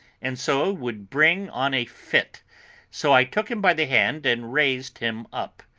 and so would bring on a fit so i took him by the hand and raised him up.